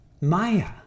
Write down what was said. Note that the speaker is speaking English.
Maya